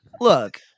look